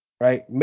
Right